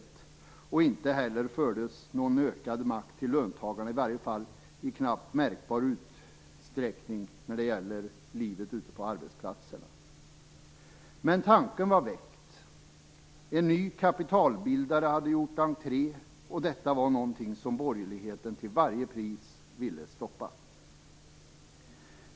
Det fördes inte heller över någon ökad makt till löntagarna, i alla fall var det bara i knappt märkbar utsträckning när det gäller livet ute på arbetsplatserna. Men tanken var väckt. En ny kapitalbildare hade gjort entré, och detta var någonting som borgerligheten till varje pris ville stoppa.